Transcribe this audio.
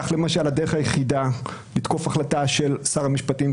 כך למשל הדרך היחידה לתקוף החלטה של שר המשפטים,